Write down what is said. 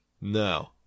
No